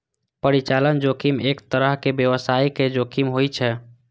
परिचालन जोखिम एक तरहक व्यावसायिक जोखिम होइ छै